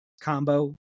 combo